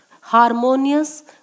harmonious